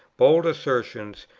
bold assertions,